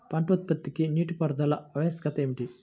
పంట ఉత్పత్తికి నీటిపారుదల ఆవశ్యకత ఏమిటీ?